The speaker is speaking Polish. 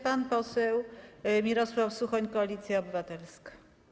Pan poseł Mirosław Suchoń, Koalicja Obywatelska.